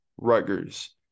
Rutgers